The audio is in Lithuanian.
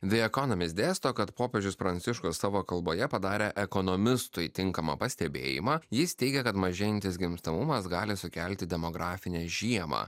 de ekonomist dėsto kad popiežius pranciškus savo kalboje padarė ekonomistui tinkamą pastebėjimą jis teigia kad mažėjantis gimstamumas gali sukelti demografinę žiemą